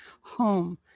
home